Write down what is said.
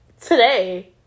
today